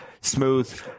smooth –